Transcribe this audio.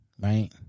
right